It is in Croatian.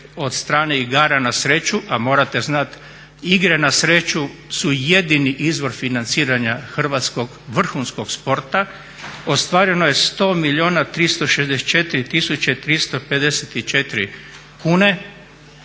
od strane igara na sreću, a morate znati igre na sreću su jedini izvor financiranja hrvatskog vrhunskog sporta. Ostvareno je 100 milijuna